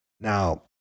Now